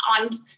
on